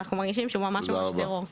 אנחנו מרגישים שממש, ממש טרור.